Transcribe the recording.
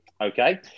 Okay